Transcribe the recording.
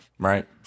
Right